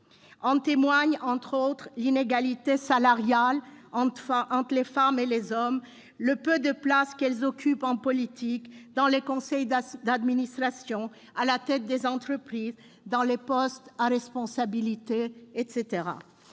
En témoignent entre autres l'inégalité salariale entre les femmes et les hommes, le peu de place que les femmes occupent en politique, dans les conseils d'administration, à la tête des entreprises, aux postes à responsabilité.